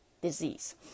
disease